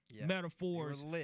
metaphors